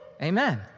amen